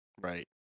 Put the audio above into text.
right